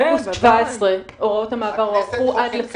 באוגוסט 2017 הוראות המעבר הוארכו עד לסוף